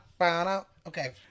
okay